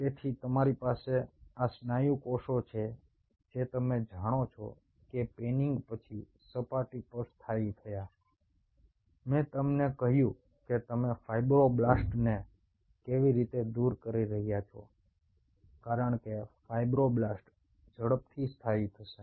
તેથી તમારી પાસે આ સ્નાયુ કોષો છે જે તમે જાણો છો કે પેનિંગ પછી સપાટી પર સ્થાયી થયા મેં તમને કહ્યું કે તમે ફાઇબ્રોબ્લાસ્ટ્સને કેવી રીતે દૂર કરી રહ્યા છો કારણ કે ફાઇબ્રોબ્લાસ્ટ ઝડપથી સ્થાયી થશે